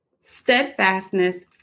steadfastness